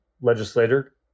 legislator